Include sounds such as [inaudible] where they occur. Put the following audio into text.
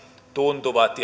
tuntuvat [unintelligible]